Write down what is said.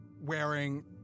wearing